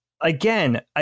again